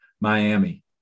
Miami